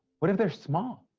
what if they're small?